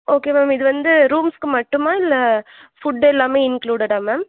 okay ma'am இது வந்து ரூம்ஸுக்கு மட்டுமா இல்லை ஃபுட் எல்லாமே இன்க்ளூடடா மேம்